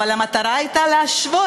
אבל המטרה הייתה להשוות,